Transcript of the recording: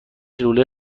لوله